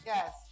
Yes